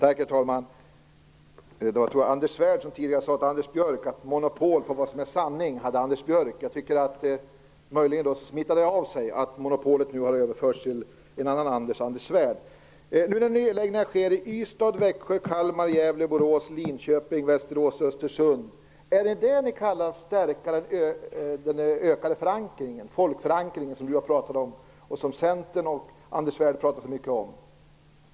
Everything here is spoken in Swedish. Herr talman! Anders Svärd sade tidigare till Anders Björck att han hade monopol på vad som är sanning. Det smittade möjligen av sig, så att monopolet nu har överförts till en annan Anders, nämligen Nedläggningar sker i Ystad, Växjö, Kalmar, Gävle, Borås, Linköping, Västerås och Östersund. Kallar ni det att stärka folkförankringen, som Centern och Anders Svärd pratar så mycket om?